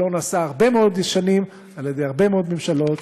שלא נעשה הרבה מאוד שנים על-ידי הרבה מאוד ממשלות,